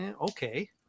okay